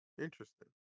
Interesting